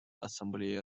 ассамблеи